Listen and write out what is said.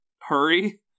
hurry